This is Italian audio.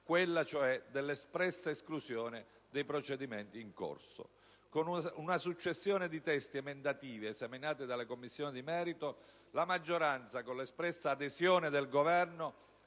quella cioè dell'espressa esclusione dei procedimenti in corso. Con una successione di testi emendativi esaminati dalle Commissioni di merito, la maggioranza, con l'espressa adesione del Governo,